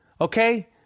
okay